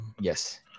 yes